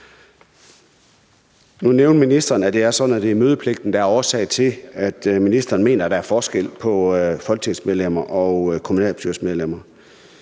at det er sådan, at det er mødepligten, der er årsag til, at ministeren mener, at der er forskel på folketingsmedlemmer og kommunalbestyrelsesmedlemmer,